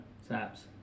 Saps